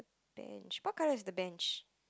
bench what colour is the bench